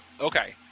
Okay